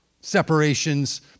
separations